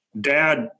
dad